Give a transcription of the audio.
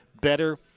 better